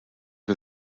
wir